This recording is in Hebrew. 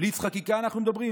על בליץ חקיקה אנחנו מדברים,